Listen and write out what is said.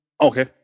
Okay